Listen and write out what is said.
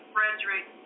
Frederick